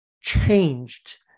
changed